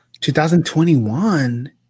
2021